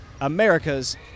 America's